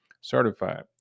certified